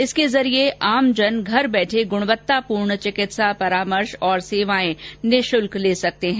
इसके जरिए आमजन घर बैठे गुणवत्तापूर्ण चिकित्सा परामर्श और सेवाएं निशुल्क प्राप्त कर सकते हैं